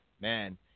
man